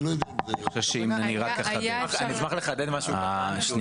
אני לא יודע אם זה --- אני אשמח לחדד משהו קטן שאולי לא מובן לנו.